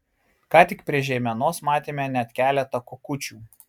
ką tik prie žeimenos matėme net keletą kukučių